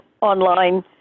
online